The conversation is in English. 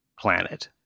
planet